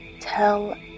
Tell